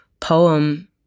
poem